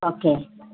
okay